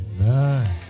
Amen